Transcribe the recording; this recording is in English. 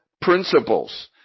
principles